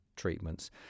treatments